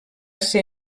ser